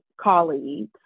colleagues